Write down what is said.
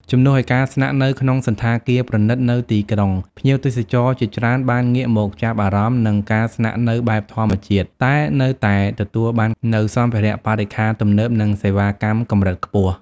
ជំនួសឲ្យការស្នាក់នៅក្នុងសណ្ឋាគារប្រណីតនៅទីក្រុង ភ្ញៀវទេសចរជាច្រើនបានងាកមកចាប់អារម្មណ៍នឹងការស្នាក់នៅបែបធម្មជាតិ តែនៅតែទទួលបាននូវសម្ភារៈបរិក្ខារទំនើប និងសេវាកម្មកម្រិតខ្ពស់។